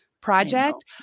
project